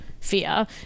fear